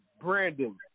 Brandon